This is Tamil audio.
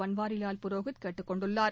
பன்வாரிவால் புரோஹித் கேட்டுக் கொண்டுள்ளார்